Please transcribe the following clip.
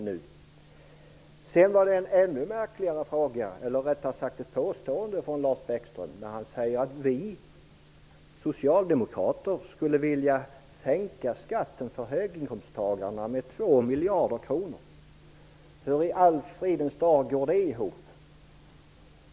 Lars Bäckströms påstående att vi socialdemokrater skulle vilja sänka skatten för höginkomsttagarna med 2 miljarder kronor var ännu märkligare. Hur i all fridens namn går det ihop?